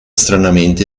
stranamente